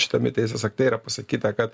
šitame teisės akte yra pasakyta kad